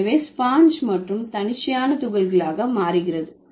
எனவே ஸ்பாஞ்ச் மற்றும் தன்னிச்சையான துகள்களாக மாறுகிறது